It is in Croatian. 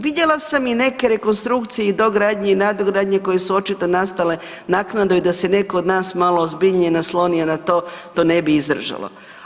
Vidjela sam i neke rekonstrukcije i dogradnje i nadogradnje koje su očito nastale naknadno i da se netko od nas malo ozbiljnije naslonio na to, to ne bi izdržalo.